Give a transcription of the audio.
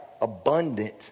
abundant